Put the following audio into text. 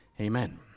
Amen